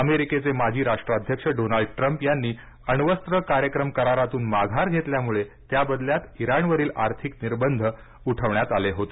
अमेरिकेये माजी राष्ट्राध्यक्ष Donald Trump यांनी अण्वस्त्र कार्यक्रम करारातून माघार घेतल्यामुळे त्या बदल्यात इराणवरील आर्थिक निर्बंध उठवण्यात आले होते